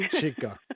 chica